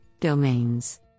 domains